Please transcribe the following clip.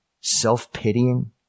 self-pitying